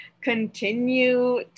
continue